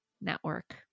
network